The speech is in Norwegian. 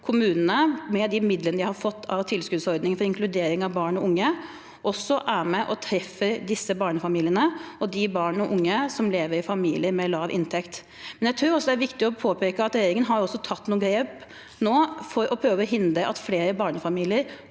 innføre, med de midlene de har fått av tilskuddsordningen for inkludering av barn og unge, også treffer disse barnefamiliene og de barn og unge som lever i familier med lav inntekt. Det er også viktig å påpeke at regjeringen har tatt noen grep nå for å prøve å hindre at flere barnefamilier